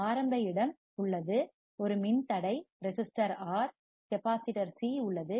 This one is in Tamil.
ஆரம்ப இடம் source சோர்ஸ் உள்ளது ஒரு மின்தடை ரெசிஸ்டர் R ஒரு மின்தேக்கி கெப்பாசிட்டர் C உள்ளது